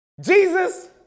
Jesus